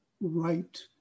right